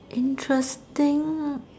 interesting